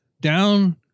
down